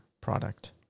product